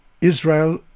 Israel